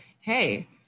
hey